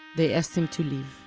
they asked him to leave.